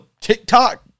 TikTok